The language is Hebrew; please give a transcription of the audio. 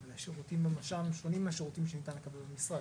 אבל השירותים במש"מ שונים מהשירותים שניתן לקבל במשרד.